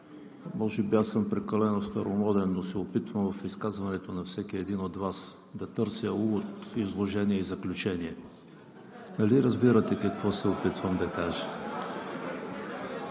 може би аз съм прекалено старомоден, но се опитвам в изказването на всеки един от Вас да търся увод, изложение и заключение. (Шум и реплики.) Нали разбирате какво се опитвам да кажа?!